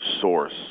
source